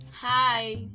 Hi